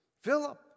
Philip